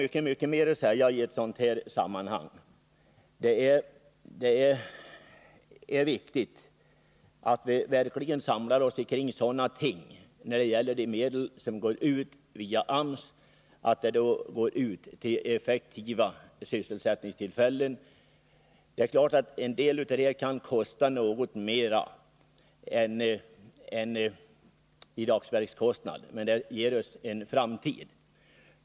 Det finns mycket mer att säga i det här sammanhanget, men jag vill bara understryka att det är viktigt att vi när vi satsar medel via AMS verkligen koncentrerar oss på sådana insatser som skapar effektiva sysselsättningstillfällen. Det är klart att dagsverkskostnaden kan bli något högre, men det här ger oss en framtid.